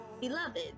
beloved